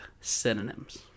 synonyms